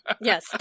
Yes